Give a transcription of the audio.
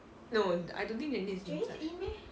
no I don't think janice is inside